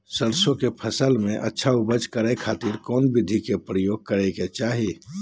सरसों के फसल में अच्छा उपज करे खातिर कौन विधि के प्रयोग करे के चाही?